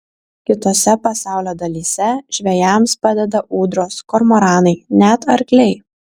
kitose pasaulio dalyse žvejams padeda ūdros kormoranai net arkliai